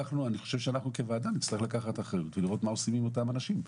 אנחנו כוועדה נצטרך לקחת אחריות ולראות מה עושים עם אותם אנשים.